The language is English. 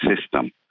system